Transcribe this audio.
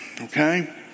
okay